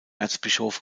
erzbischof